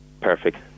Perfect